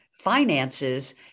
finances